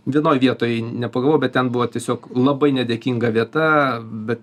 vienoj vietoj nepagavau bet ten buvo tiesiog labai nedėkinga vieta bet